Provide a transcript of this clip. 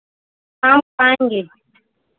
हम आएँगे